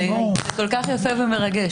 זה כל כך יפה ומרגש.